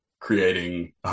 creating